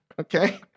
Okay